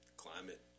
Climate